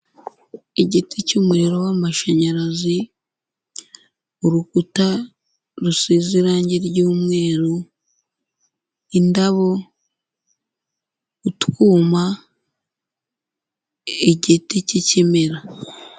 Igiti cy'umuriro w'amashanyarazi, urukuta rusize irange ry,umweru, indabo, utwuma, igiti cy'ikimera.